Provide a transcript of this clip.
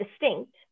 distinct